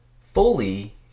fully